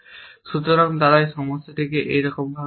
সুতরাং তারা এই সমস্যাগুলিকে একই রকম বলা হয়